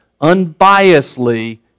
unbiasedly